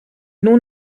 nun